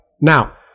Now